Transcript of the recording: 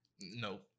No